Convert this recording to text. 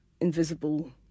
invisible